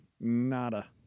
Nada